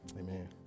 Amen